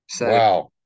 Wow